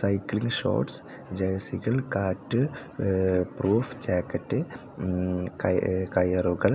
cycling shorts ജേഴ്സികൾ കാറ്റ് proof jacket കയറുകൾ